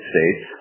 States